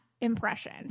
impression